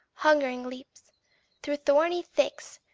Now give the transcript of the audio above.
hungering leaps through thorny thicks,